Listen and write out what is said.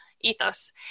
ethos